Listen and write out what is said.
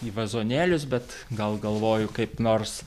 į vazonėlius bet gal galvoju kaip nors